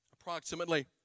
Approximately